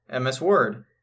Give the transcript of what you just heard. MS-Word